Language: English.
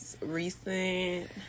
recent